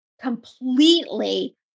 completely